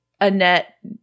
Annette